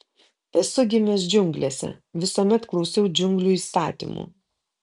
esu gimęs džiunglėse visuomet klausiau džiunglių įstatymų